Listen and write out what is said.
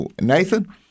Nathan